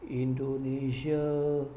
indonesia